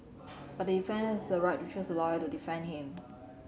but the defendant has a right to choose a lawyer to defend him